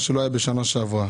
מה שלא היה בשנה שעברה.